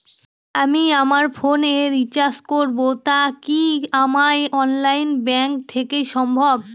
আমি আমার ফোন এ রিচার্জ করব টা কি আমার অনলাইন ব্যাংক থেকেই সম্ভব?